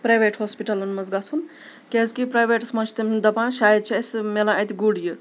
private ہاسپِٹَلَن منٛز گژھُن کیازِکہِ پرٛویٹَس منٛز چھِ تِم دَپان شاید چھِ اَسہِ میلان اَتہِ گُڈ یہِ